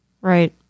Right